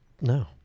No